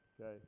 Okay